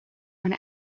when